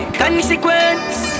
consequence